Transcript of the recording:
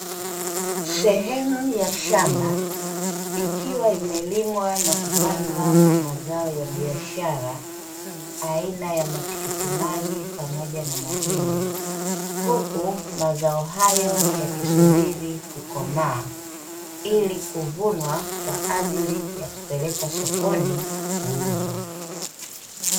Sehemu ya shamba ikiwa imelimwa na kupandwa mazao ya biashara aina ya matikiti maji pamoja na mahindi, huku mazao hayo yakisubiri kukomaa ili kuvunwa kwa ajili ya kupelekwa sokoni kuuzwa.